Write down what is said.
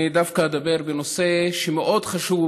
אני דווקא אדבר בנושא שהוא מאוד חשוב